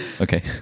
Okay